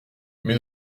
mais